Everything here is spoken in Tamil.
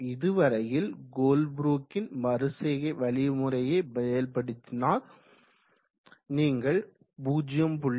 இதுவரையில் கோல்ப்ரூக் ன் மறுசெய்கை வழிமுறையை செயல்படுத்தினால் நீங்கள் 0